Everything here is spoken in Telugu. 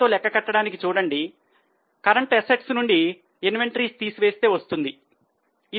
2